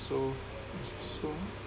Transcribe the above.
so so